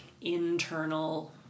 internal